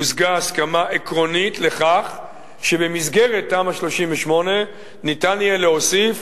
הושגה הסכמה עקרונית לכך שבמסגרת תמ"א 38 ניתן יהיה להוסיף